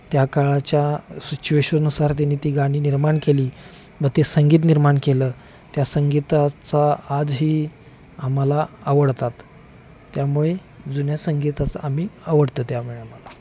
त्या काळाच्या सिच्युएशनुसार त्यांनी ती गाणी निर्माण केली व ते संगीत निर्माण केलं त्या संगीताचा आजही आम्हाला आवडतात त्यामुळे जुन्या संगीताचं आम्ही आवडतं त्यामुळे आम्हाला